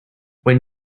when